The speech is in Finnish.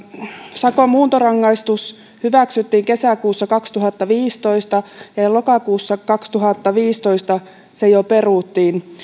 sakon muuntorangaistus hyväksyttiin kesäkuussa kaksituhattaviisitoista ja ja lokakuussa kaksituhattaviisitoista se jo peruttiin